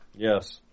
Yes